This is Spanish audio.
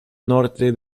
norte